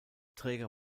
träger